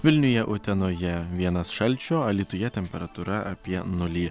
vilniuje utenoje vienas šalčio alytuje temperatūra apie nulį